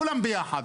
כולם ביחד.